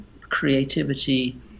creativity